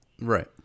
Right